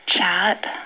Chat